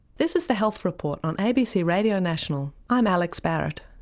this is the health report on abc radio national. i'm alex barratt.